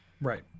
right